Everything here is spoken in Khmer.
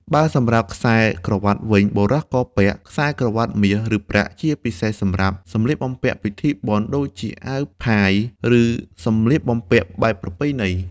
បើសម្រាប់ខ្សែក្រវាត់វិញបុរសក៏ពាក់ ខ្សែក្រវាត់មាស ឬប្រាក់ ជាពិសេសសម្រាប់ សម្លៀកបំពាក់ពិធីបុណ្យ ដូចជាអាវផាយ ឬសម្លៀកបំពាក់បែបប្រពៃណី។